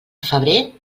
febrer